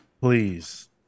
please